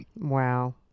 Wow